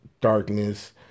darkness